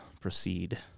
proceed